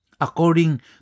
According